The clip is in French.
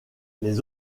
les